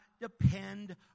depend